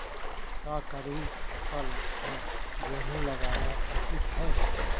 का खरीफ फसल म गेहूँ लगाना उचित है?